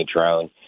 drone